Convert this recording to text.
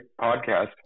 podcast